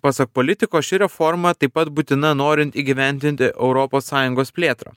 pasak politiko ši reforma taip pat būtina norint įgyvendinti europos sąjungos plėtrą